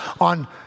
on